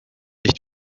nicht